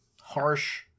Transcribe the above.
harsh